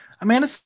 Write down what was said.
Amanda